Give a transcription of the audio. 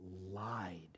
lied